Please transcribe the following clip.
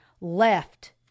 left